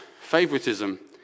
favoritism